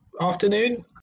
afternoon